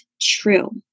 true